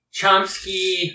Chomsky